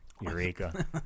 Eureka